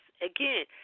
again